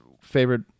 favorite